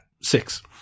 Six